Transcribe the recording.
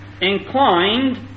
inclined